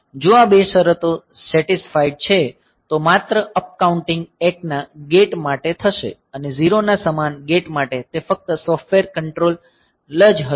જો આ બે શરતો સેટિસ્ફાઇડ છે તો માત્ર અપકાઉન્ટિંગ 1 ના ગેટ માટે થશે અને 0 ના સમાન ગેટ માટે તે ફક્ત સોફ્ટવેર કંટ્રોલ જ હશે